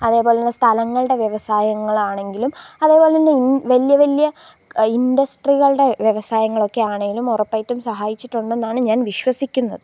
അതേപോലെ തന്നെ സ്ഥലങ്ങളുടെ വ്യവസായങ്ങളാണെങ്കിലും അതേ പോലെ തന്നെ വലിയ വലിയ ഇൻഡസ്ട്രികളുടെ വ്യവസായങ്ങളൊക്കെ ആണെങ്കിലും ഉറപ്പായിട്ടും സഹായിച്ചിട്ടുണ്ടെന്നാണ് ഞാൻ വിശ്വസിക്കുന്നത്